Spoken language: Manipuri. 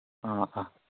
ꯑꯥ ꯑꯥ